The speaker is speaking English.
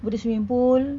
bedok swimming pool